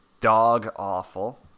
dog-awful